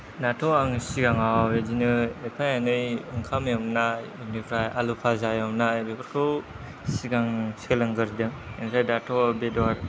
दाथ' आङो सिगाङाव बिदिनो एफा एनै ओंखाम एवनाय बेनिफ्राय आलु फाजा एवनाय बेफोरखौ सिगां सोलोंग्रोदों ओमफ्राय दाथ' बेदर